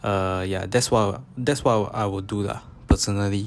err ya that's what that's what I will do lah personally